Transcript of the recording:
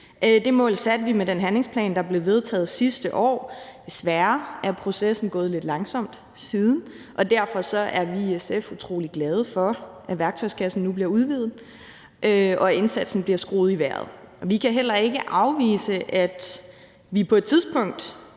Det mål satte vi med den handlingsplan, der blev vedtaget sidste år. Desværre er processen gået lidt langsomt siden, og derfor er vi i SF utrolig glade for, at værktøjskassen nu bliver udvidet og indsatsen bliver skruet i vejret. Vi kan heller ikke afvise, at vi på et tidspunkt